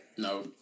No